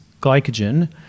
glycogen